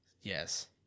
Yes